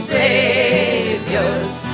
saviors